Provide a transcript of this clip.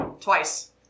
Twice